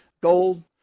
gold